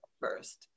first